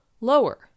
lower